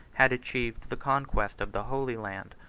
had achieved the conquest of the holy land.